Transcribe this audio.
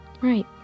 Right